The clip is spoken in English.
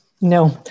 No